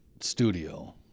studio